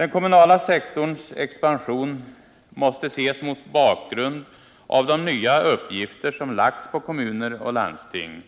Den kommunala sektorns expansion måste ses mot bakgrund av de nya uppgifter som lagts på kommuner och landsting.